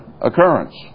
occurrence